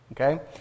Okay